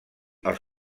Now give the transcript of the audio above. els